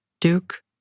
Duke